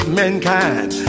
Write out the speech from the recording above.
mankind